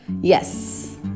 Yes